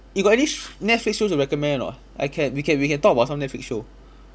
you got any sh~ netflix shows to recommend or not I can we can we can talk about some netflix show